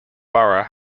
borough